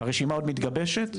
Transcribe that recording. הרשימה עוד מתגבשת?